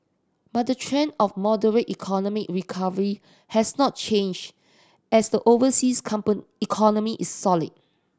but the trend of moderate economic recovery has not changed as the overseas economy is solid